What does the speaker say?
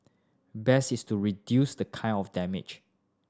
best is to reduce the kind of damage